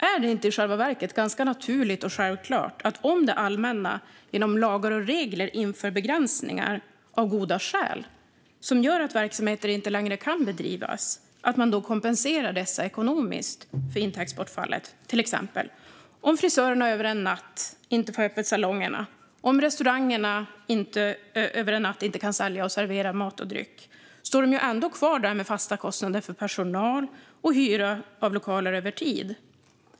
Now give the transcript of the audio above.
Är det inte i själva verket ganska naturligt och självklart att om det allmänna genom lagar och regler av goda skäl inför begränsningar som gör att verksamheter inte längre kan bedrivas att man då kompenserar dessa ekonomiskt för till exempel intäktsbortfallet? Om frisörerna över en natt inte får ha salongerna öppna, och om restaurangerna över en natt inte kan sälja och servera mat och dryck står de ändå kvar med fasta kostnader för personal och hyra av lokaler över tid.